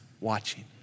watching